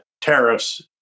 tariffs